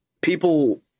people